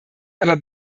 aber